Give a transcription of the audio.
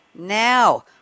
Now